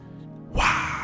Wow